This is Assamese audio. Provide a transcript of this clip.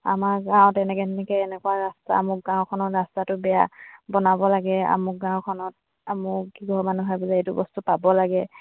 আমাৰ গাঁৱত এনেকৈ তেনেকৈ এনেকুৱা ৰাস্তা আমুক গাঁওখনৰ ৰাস্তাটো বেয়া বনাব লাগে আমুক গাঁওখনত আমুক কেইঘৰ মানুহে বোলে এইটো বস্তু পাব লাগে